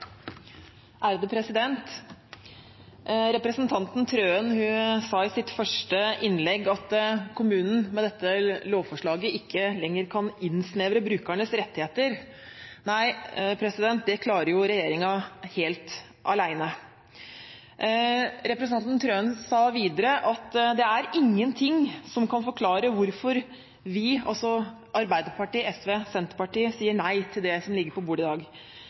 denne politikken. Representanten Wilhelmsen Trøen sa i sitt første innlegg at kommunen med dette lovforslaget ikke lenger kan innsnevre brukernes rettigheter. Nei, det klarer jo regjeringen helt alene. Representanten Wilhelmsen Trøen sa videre at det er ingenting som kan forklare hvorfor vi – altså Arbeiderpartiet, SV og Senterpartiet – sier nei til det som ligger på bordet i dag.